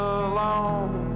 alone